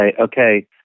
okay